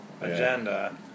agenda